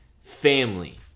family